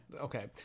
okay